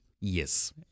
Yes